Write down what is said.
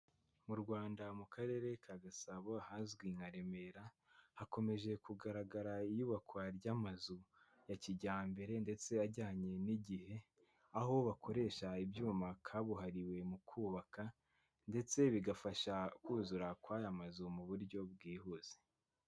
Mu Rwanda mu karere ka Gasabo hazwi nka Remera hakomeje kugaragara iyubakwa ry'amazu ya kijyambere, ndetse ajyanye n'igihe aho bakoresha ibyuma kabuhariwe mu kubaka ndetse bigafasha kuzura kw'aya mazu mu buryo bwihuse.